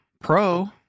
Pro